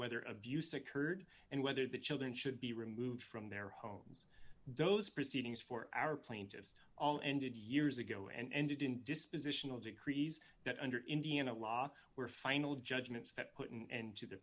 whether abuse occurred and whether the children should be removed from their homes those proceedings for our plaintiffs all ended years ago and ended in dispositional decrees that under indiana law were final judgments that put an end to the